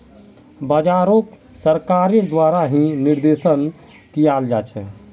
बाजारोक सरकारेर द्वारा ही निर्देशन कियाल जा छे